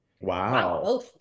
Wow